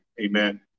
amen